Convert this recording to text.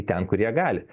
ten kur jie gali